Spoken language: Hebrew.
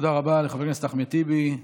תודה רבה לחבר הכנסת אחמד טיבי.